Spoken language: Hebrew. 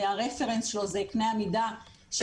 ה-reference שלו זה קנה המידה של